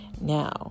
Now